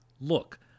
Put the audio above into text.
Look